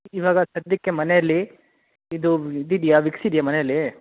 ಇವಾಗ ಸದ್ಯಕ್ಕೆ ಮನೆಯಲ್ಲಿ ಇದು ಇದು ಇದೆಯಾ ವಿಕ್ಸ್ ಇದೆಯಾ ಮನೆಯಲ್ಲಿ